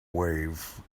wave